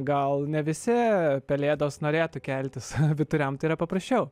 gal ne visi pelėdos norėtų keltis vyturiam tai yra paprasčiau